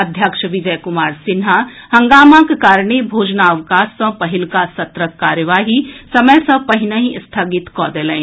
अध्यक्ष विजय कुमार सिन्हा हंगामाक कारणे भोजनावकाश सॅ पहिलुका सत्रक कार्यवाही समय सॅ पहिनहि स्थगित कऽ देलनि